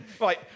Right